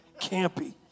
Campy